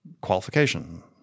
qualification